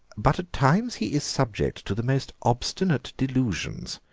but at times he is subject to the most obstinate delusions,